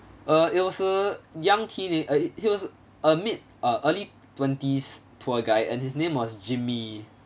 err it was a young teenag~ he was amid err early twenties tour guide and his name was jimmy